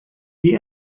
die